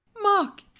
Mark